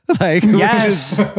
Yes